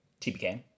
TBK